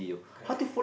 correct